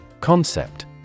Concept